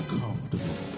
comfortable